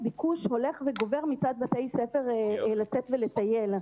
ביקוש הולך וגובר מצד בתי ספר לצאת ולטייל.